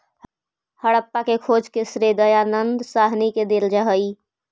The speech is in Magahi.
हड़प्पा के खोज के श्रेय दयानन्द साहनी के देल जा हई